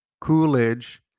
Coolidge